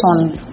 on